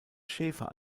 schaefer